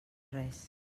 res